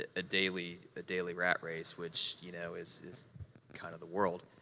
ah ah daily ah daily rat race, which, you know, is is kind of the world.